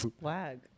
WAG